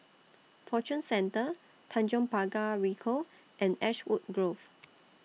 Fortune Centre Tanjong Pagar Ricoh and Ashwood Grove